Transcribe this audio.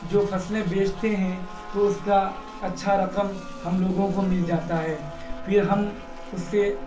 جو فصلیں بیچتے ہیں تو اس کا اچھا رقم ہم لوگوں کو مل جاتا ہے پھر ہم اس سے